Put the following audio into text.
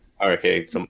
Okay